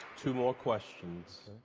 two more questions.